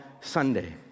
Sunday